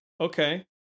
okay